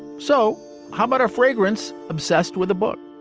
so how about a fragrance obsessed with a book?